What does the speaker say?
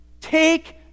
Take